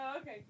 okay